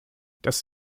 dass